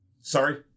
Sorry